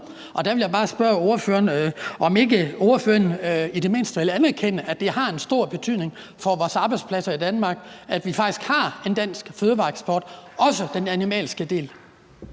Så jeg vil bare spørge ordføreren, om ikke ordføreren i det mindste vil anerkende, at det har en stor betydning for vores arbejdspladser i Danmark, at vi faktisk har en dansk fødevareeksport, også den animalske del.